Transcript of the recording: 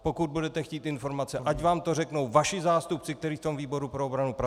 Pokud budete chtít informace, ať vám to řeknou vaši zástupci, kteří v tom výboru pro obranu pracují.